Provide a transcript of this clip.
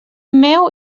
meu